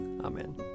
Amen